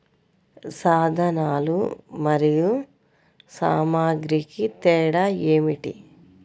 సాధనాలు మరియు సామాగ్రికి తేడా ఏమిటి?